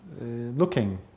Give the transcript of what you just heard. looking